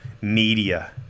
media